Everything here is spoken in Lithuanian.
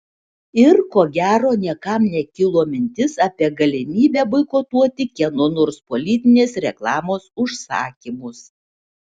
ir ko gero niekam nekilo mintis apie galimybę boikotuoti kieno nors politinės reklamos užsakymus